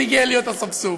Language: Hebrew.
אני גאה להיות אספסוף.